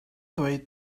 dweud